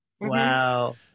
Wow